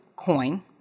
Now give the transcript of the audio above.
coin